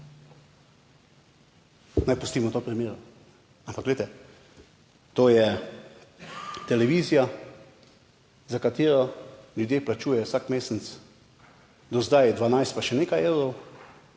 naj pustimo to pri miru. Ampak glejte, to je televizija, za katero ljudje plačujejo vsak mesec do zdaj 12 pa še nekaj evrov,